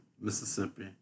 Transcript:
Mississippi